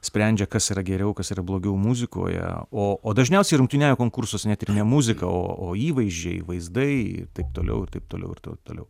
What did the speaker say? sprendžia kas yra geriau kas yra blogiau muzikoje o o dažniausiai rungtyniauja konkursuose net ir muzika o o įvaizdžiai vaizdai ir taip toliau ir taip toliau ir taip toliau